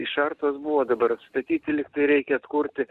išartos buvo dabar atstatyti liktai reikia atkurti